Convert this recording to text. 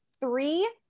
three-